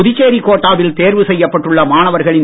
புதுச்சேரி கோட்டாவில் தேர்வு செய்யப்பட்டுள்ள மாணவர்களின்